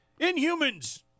inhumans